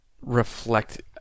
reflect